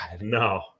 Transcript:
No